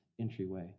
entryway